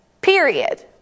Period